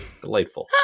delightful